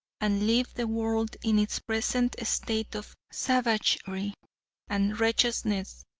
and leave the world in its present state of savagery and wretchedness,